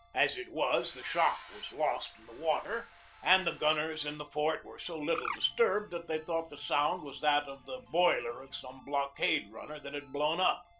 as it was, the shock was lost in the water and the gunners in the fort were so little disturbed that they thought the sound was that of the boiler of some blockade-runner that had blown up.